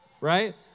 right